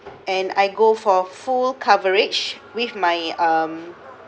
and I go for full coverage with my um